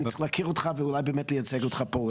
ואני צריך להכיר אותך ואולי באמת לייצג אותך פה,